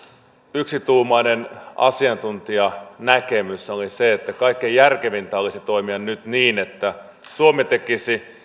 yksituumainen asiantuntijanäkemys oli se että kaikkein järkevintä olisi toimia nyt niin että suomi tekisi